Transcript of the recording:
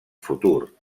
futur